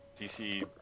DC